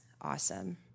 awesome